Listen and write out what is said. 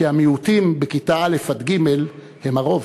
כי המיעוטים בכיתה א' עד ג' הם הרוב.